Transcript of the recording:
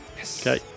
Okay